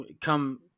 Come